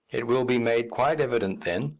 it will be made quite evident then,